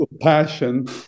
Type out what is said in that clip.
passion